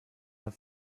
oat